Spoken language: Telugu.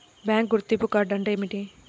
బ్యాంకు గుర్తింపు కార్డు అంటే ఏమిటి?